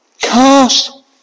Cast